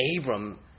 Abram